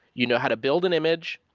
you know how to build an image,